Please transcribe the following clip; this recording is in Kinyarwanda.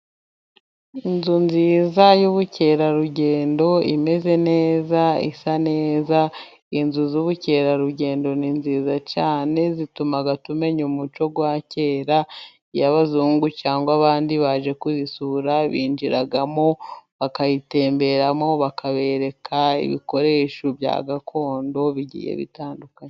Inzu nziza y'ubukerarugendo imeze neza isa neza, inzu z'ubukerarugendo ni nziza cyane zituma tumenya umuco wa kera, iyo abazungu cyangwa abandi baje kuzisura binjiramo bakayitemberamo, bakabereka ibikoresho bya gakondo bigiye bitandunye.